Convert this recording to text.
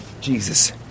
Jesus